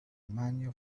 mania